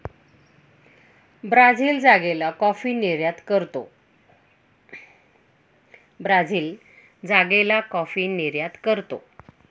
Brazil जागेला coffee निर्यात करतो